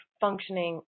functioning